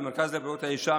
במרכז לבריאות האישה,